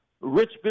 rich